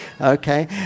Okay